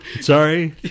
Sorry